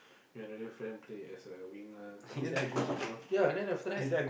your another friend play as a winger and then ya then after that